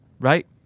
right